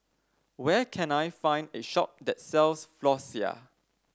where can I find a shop that sells Floxia